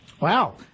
Wow